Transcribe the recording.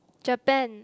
Japan